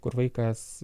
kur vaikas